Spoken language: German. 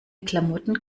klamotten